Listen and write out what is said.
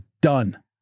done